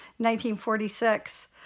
1946